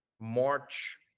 March